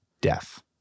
death